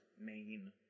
main